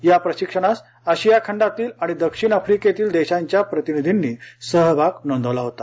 या प्रशिक्षणास आशिया खंडातील आणि दक्षिण आफ्रिकेतील देशांच्या प्रतिनिधींनी सहभाग नोंदविला होता